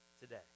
Today